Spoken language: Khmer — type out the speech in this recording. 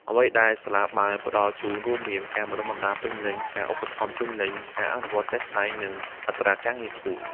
អ្វីដែលសាលាបាយផ្តល់ជូនរួមមាន ការបណ្តុះបណ្តាលពេញលេញ ការឧបត្ថម្ភពេញលេញ ការអនុវត្តជាក់ស្តែង និងអត្រាការងារខ្ពស់។